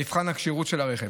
מבחן הכשירות של הרכב.